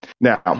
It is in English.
Now